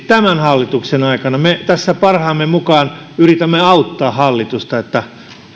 tämän hallituksen aikana me tässä parhaamme mukaan yritämme auttaa hallitusta että